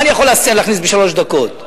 מה אני יכול להכניס בשלוש דקות?